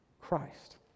Christ